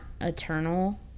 eternal